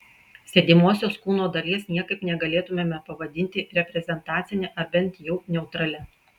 sėdimosios kūno dalies niekaip negalėtumėme pavadinti reprezentacine ar bent jau neutralia